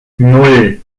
nan